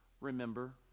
remember